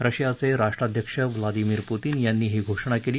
रशियाचे राष्ट्रअध्यक्ष Vladimir Putin यांनी ही घोषणा केली